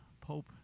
Pope